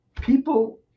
people